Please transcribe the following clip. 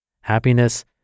Happiness